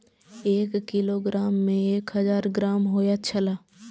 एक किलोग्राम में एक हजार ग्राम होयत छला